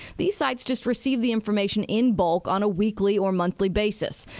these sites just receive the information in bulk on a weekly or monthly basis.